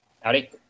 Howdy